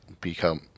become